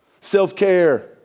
Self-care